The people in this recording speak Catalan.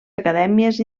acadèmies